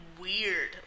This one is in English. weird